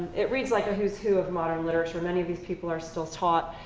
it reads like a who's who of modern literature. many of these people are still taught.